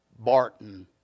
Barton